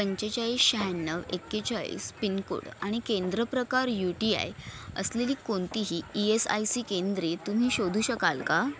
पंचेचाळीस शहाण्णव एक्केचाळीस पिनकोड आणि केंद्र प्रकार यू टी आय असलेली कोणतीही ई एस आय सी केंद्रे तुम्ही शोधू शकाल का